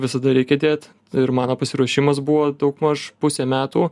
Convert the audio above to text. visada reikia dėt ir mano pasiruošimas buvo daugmaž pusė metų